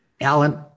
Alan